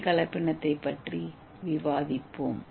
ஏ கலப்பினத்தைப் பற்றி விவாதிப்போம்